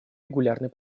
регулярной